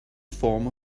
form